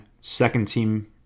second-team